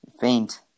Faint